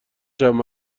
چند